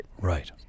right